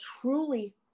truly